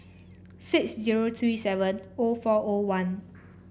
six zero three seven O four O one